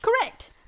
Correct